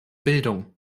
bildung